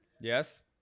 Yes